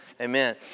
Amen